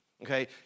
Okay